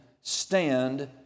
stand